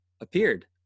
appeared